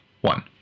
one